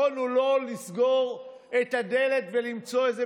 יכולנו לא לסגור את הדלת ולמצוא איזו